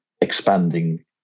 expanding